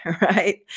right